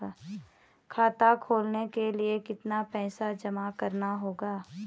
खाता खोलने के लिये कितना पैसा जमा करना होगा?